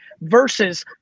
versus